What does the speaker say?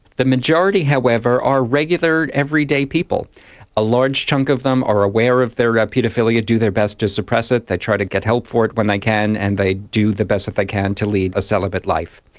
the majority however are regular everyday people a large chunk of them are aware of their paedophilia, do their best to suppress it, they try to get help for it when they can and they do the best that they can to lead a celibate life.